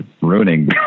ruining